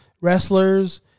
Wrestlers